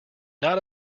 not